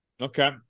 Okay